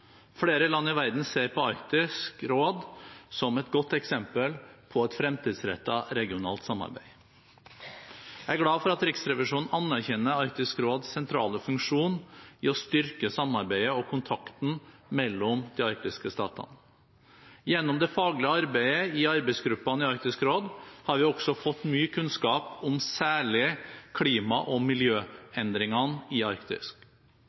Flere land i verden ser på Arktisk råd som et godt eksempel på et fremtidsrettet regionalt samarbeid. Jeg er glad for at Riksrevisjonen anerkjenner Arktisk råds sentrale funksjon i å styrke samarbeidet og kontakten mellom de arktiske statene. Gjennom det faglige arbeidet i arbeidsgruppene i Arktisk råd har vi også fått mye kunnskap om særlig klima- og miljøendringene i Arktis. Disse temaene var hovedprioriteten til statene i Arktisk